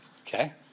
Okay